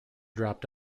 dropped